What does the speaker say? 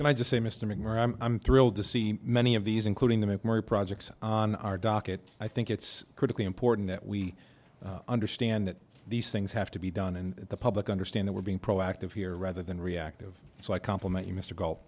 and i just say mr mcmurray i'm thrilled to see many of these including the mcmurry projects on our docket i think it's critically important that we understand that these things have to be done in the public understand that we're being proactive here rather than reactive so i compliment you mr gul